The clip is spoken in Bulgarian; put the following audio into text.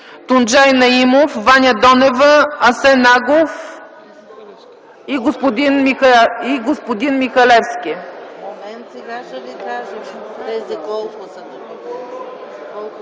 Тунджай Наимов, Ваня Донева, Асен Агов и господин Михалевски.